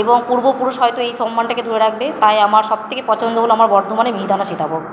এবং পূর্বপুরুষ হয়তো এই সম্মানটাকে ধরে রাখবে তাই আমার সব থেকে পছন্দ হলো আমার বর্ধমানের মিহিদানা সীতাভোগ